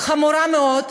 חמורה מאוד,